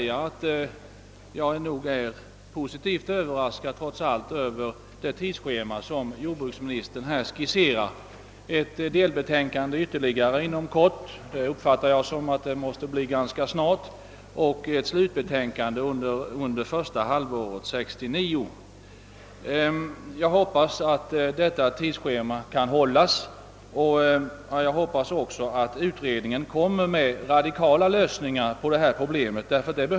Jag är Positivt överraskad över det tidsschema som jordbruksministern här skisserat, alltså att ytterligare ett delbetänkande skall presenteras inom kort — det uppfattar jag som ganska snart — och ett slutbetänkande under första halvåret 1969. Det är att hoppas att det schemat kan hållas och att utredningen kommer att lägga fram radikala förslag till lösningar av fiskarnas problem. Det är verkligen nödvändigt.